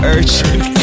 Urgent